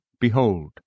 Behold